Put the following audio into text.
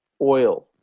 oil